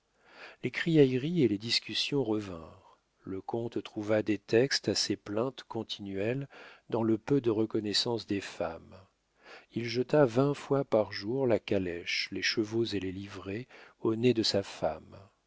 les criailleries et les discussions revinrent le comte trouva des textes à ses plaintes continuelles dans le peu de reconnaissance des femmes il jeta vingt fois par jour la calèche les chevaux et les livrées au nez de sa femme